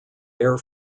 air